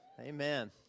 amen